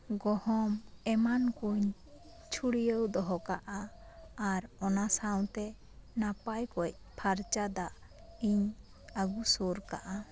ᱜᱚᱦᱚᱢ ᱮᱢᱟᱱ ᱠᱩᱧ ᱪᱷᱩᱲᱭᱟᱹᱣ ᱫᱚᱦᱚ ᱠᱟᱜᱼᱟ ᱟᱨ ᱚᱱᱟ ᱥᱟᱶᱛᱮ ᱱᱟᱯᱟᱭ ᱠᱚᱡ ᱯᱷᱟᱨᱪᱟ ᱫᱟᱜ ᱤᱧ ᱟᱹᱜᱩ ᱥᱳᱨ ᱠᱟᱜᱼᱟ